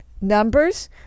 numbers